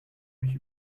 mich